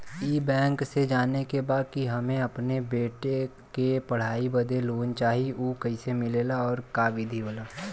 ई बैंक से जाने के बा की हमे अपने बेटा के पढ़ाई बदे लोन चाही ऊ कैसे मिलेला और का विधि होला?